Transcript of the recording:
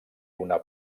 una